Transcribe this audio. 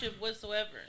whatsoever